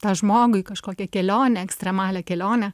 tą žmogų į kažkokią kelionę ekstremalią kelionę